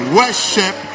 worship